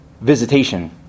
visitation